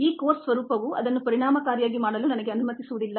ಈ ಕೋರ್ಸ್ ಸ್ವರೂಪವು ಅದನ್ನು ಪರಿಣಾಮಕಾರಿಯಾಗಿ ಮಾಡಲು ನಮಗೆ ಅನುಮತಿಸುವುದಿಲ್ಲ